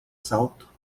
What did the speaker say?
salto